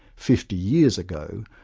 fifty years ago,